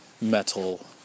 metal